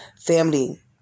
Family